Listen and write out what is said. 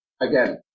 Again